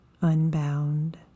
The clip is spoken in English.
unbound